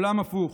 עולם הפוך.